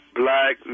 black